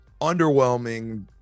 underwhelming